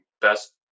best